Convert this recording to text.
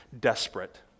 desperate